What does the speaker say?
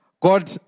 God